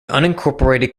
unincorporated